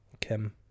Kim